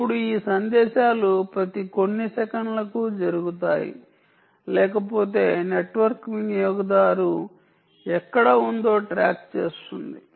ఇప్పుడు ఈ సందేశాలు ప్రతి కొన్ని సెకన్లకు జరుగుతాయి లేకపోతే నెట్వర్క్ వినియోగదారు ఎక్కడ ఉందో ట్రాక్ చేస్తుంది